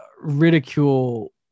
ridicule